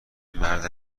مرد